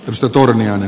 oslo turmioon